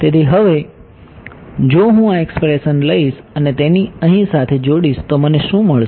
તેથી હવે જો હું આ એક્સપ્રેશન લઈશ અને તેને અહીં સાથે જોડીશ તો મને શું મળશે